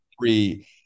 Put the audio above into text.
three